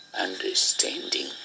understanding